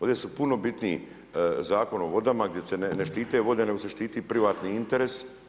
Ovdje su puno bitniji Zakon o vodama gdje se ne štite vode, nego se štiti privatni interes.